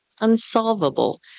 unsolvable